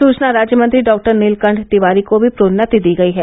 सूचना राज्य मंत्री डॉक्टर नीलकण्ठ तिवारी को भी प्रोन्नति दी गयी है